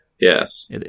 Yes